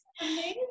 Amazing